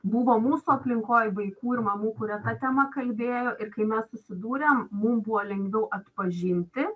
buvo mūsų aplinkoj vaikų ir mamų kurie ta tema kalbėjo ir kai mes susidūrėm mum buvo lengviau atpažinti